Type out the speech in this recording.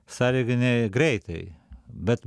sąlyginai greitai bet